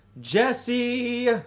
Jesse